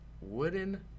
Wooden